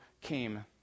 came